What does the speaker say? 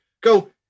go